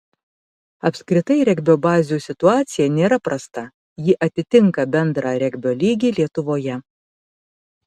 apskritai regbio bazių situacija nėra prasta ji atitinka bendrą regbio lygį lietuvoje